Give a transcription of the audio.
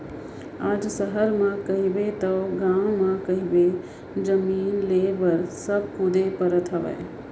आज सहर म कहिबे तव गाँव म कहिबे जमीन लेय बर सब कुदे परत हवय